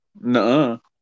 No